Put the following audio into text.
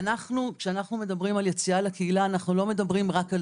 כשאנחנו מדברים על יציאה לקהילה לא מדברים רק על